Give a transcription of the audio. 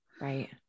Right